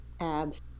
Abs